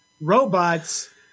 robots –